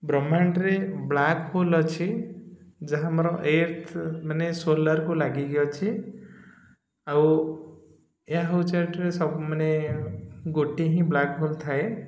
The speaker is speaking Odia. ବ୍ରହ୍ମାଣ୍ଡରେ ବ୍ଲାକ୍ହୋଲ୍ ଅଛି ଯାହା ଆମର ଆର୍ଥ ମାନେ ସୋଲାରକୁ ଲାଗିକି ଅଛି ଆଉ ଏହା ହେଉଛି ଏଠରେ ସବୁ ମାନେ ଗୋଟିଏ ହିଁ ବ୍ଲାକ୍ହୋଲ୍ ଥାଏ